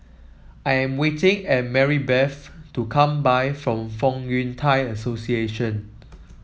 I am waiting and Marybeth to come back from Fong Yun Thai Association